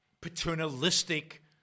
paternalistic